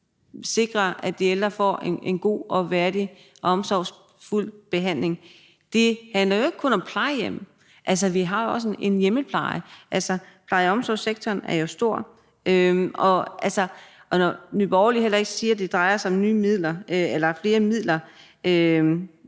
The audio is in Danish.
sikre, at de ældre får en god og værdig og omsorgsfuld behandling? Det handler jo ikke kun om plejehjem. Vi har jo også en hjemmepleje. Pleje- og omsorgssektoren er jo stor. Nye Borgerlige siger, at det heller ikke drejer sig om flere midler.